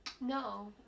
No